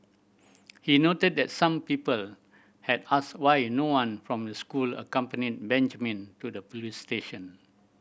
he noted that some people had asked why no one from the school accompanied Benjamin to the police station